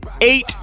eight